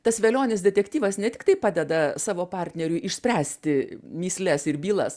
tas velionės detektyvas ne tiktai padeda savo partneriui išspręsti mįsles ir bylas